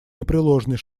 непреложный